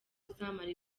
uzamara